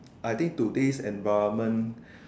I think today's environment